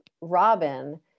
Robin